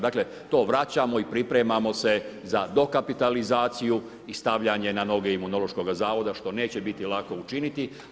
Dakle to vraćamo i pripremamo se za dokapitalizaciju i stavljanje na noge Imunološkog zavoda što neće biti lako učiniti.